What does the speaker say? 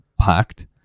packed